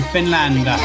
Finland